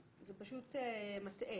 זה פשוט מטעה.